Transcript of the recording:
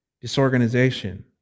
disorganization